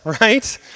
right